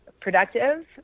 productive